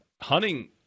hunting